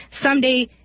Someday